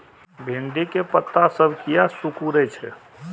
भिंडी के पत्ता सब किया सुकूरे छे?